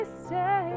stay